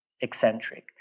eccentric